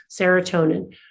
serotonin